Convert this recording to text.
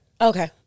Okay